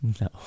No